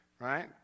right